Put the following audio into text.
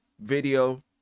video